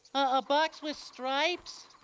a box with stripes?